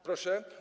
Proszę?